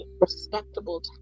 respectable